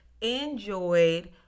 enjoyed